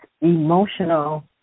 emotional